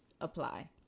apply